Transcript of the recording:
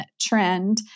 trend